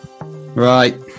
Right